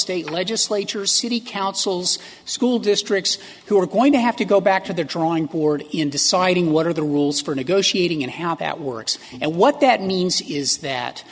state legislatures city councils school districts who are going to have to go back to the drawing board in deciding what are the rules for negotiating and how that works and what that means is that